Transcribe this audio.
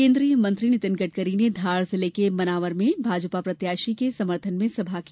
केन्द्रीय मंत्री नितिन गड़करी ने धार जिले के मनावर में भाजपा प्रत्याशी के समर्थन में सभा की